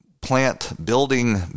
plant-building